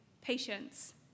patience